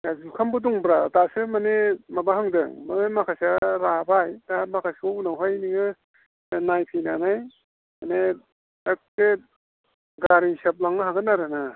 जुखामबो दंब्रा दासो माने माबाहांदों ओइ माखासेया राबाय दा माखासेखौ उनावहाय नोङो नायफैनानै माने एखे गारि हिसाब लांनो हागोन आरो ना